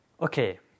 okay